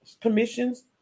commissions